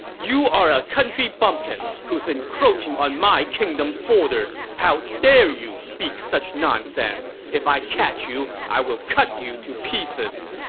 you are a country bumpkin who's encroaching on my kingdom's borders. how dare you speak such nonsense! if i catch you, i will cut you to pieces!